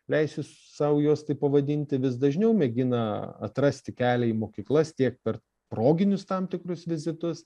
leisiu sau juos taip pavadinti vis dažniau mėgina atrasti kelią į mokyklas tiek per proginius tam tikrus vizitus